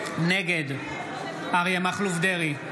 נגד אריה מכלוף דרעי,